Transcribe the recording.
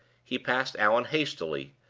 he passed allan hastily,